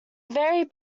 very